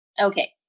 Okay